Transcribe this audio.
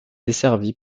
desservie